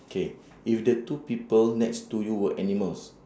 K if the two people next to you were animals